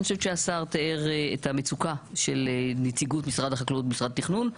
אני חושבת שהשר תיאר את המצוקה של נציגות משרד החקלאות במשרד תכנון,